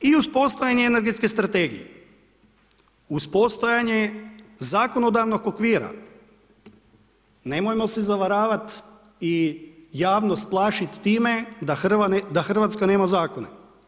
I uz postojanje energetske strategije, uz postojanje zakonodavnog okvira, nemojmo se zavaravati i javnost plašiti s time, da Hrvatska nema zakone.